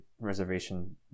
reservation